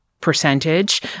percentage